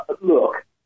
look